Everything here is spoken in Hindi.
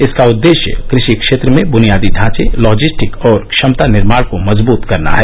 इसका उद्देश्य कृ षि क्षेत्र में बुनियादी ढांचे लॉजिस्टिक्स और क्षमता निर्माण को मजबूत करना है